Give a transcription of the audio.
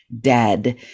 dead